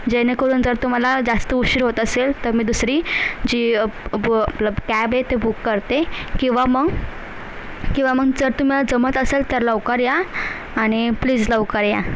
जेणेकरून जर तुम्हाला जास्त उशीर होत असेल तर मी दुसरी जी ब आपलं कॅब आहे ते बुक करते किंवा मग किंवा मग जर तुम्हाला जमत असेल तर लवकर या आणि प्लीज लवकर या